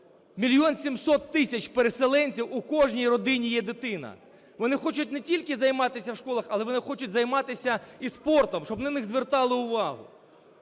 мільйон 700 тисяч переселенців, у кожній родині є дитина! Вони хочуть не тільки займатися в школах, але вони хочуть займатися і спортом, щоб на них звертали увагу.